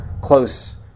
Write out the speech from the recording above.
close